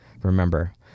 Remember